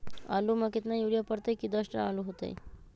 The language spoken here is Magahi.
आलु म केतना यूरिया परतई की दस टन आलु होतई?